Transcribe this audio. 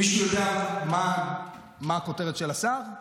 מישהו יודע מה הכותרת של השר?